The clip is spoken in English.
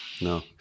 No